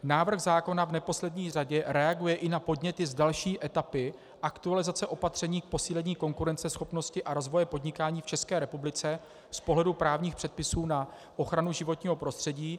Návrh zákona v neposlední řadě reaguje i na podněty z další etapy aktualizace opatření k posílení konkurenceschopnosti a rozvoje podnikání v České republice z pohledu právních předpisů na ochranu životního prostředí.